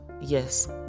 yes